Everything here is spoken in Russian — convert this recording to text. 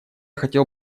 хотел